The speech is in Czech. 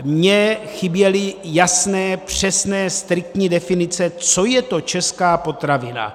Mně chyběly jasné, přesné, striktní definice, co je to česká potravina.